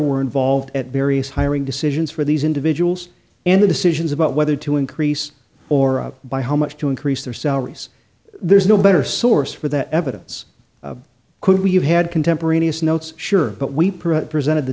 were involved at various hiring decisions for these individuals and the decisions about whether to increase or by how much to increase their salaries there's no better source for that evidence could we have had contemporaneous notes sure but we present